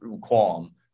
qualm